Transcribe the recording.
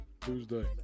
Tuesday